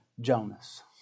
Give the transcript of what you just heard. Jonas